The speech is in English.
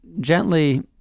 gently